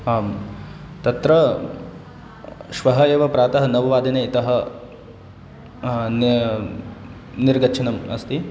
आं तत्र श्वः एव प्रातः नववादने इतः न निर्गमनम् अस्ति